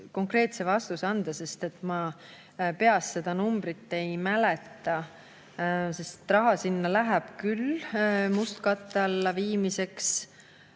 konkreetse vastuse anda, sest ma peast seda numbrit ei mäleta. Raha sinna läheb küll, mustkatte alla viimiseks,